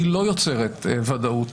היא לא יוצרת ודאות.